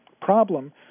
problem